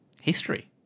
history